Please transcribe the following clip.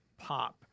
Pop